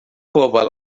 bobl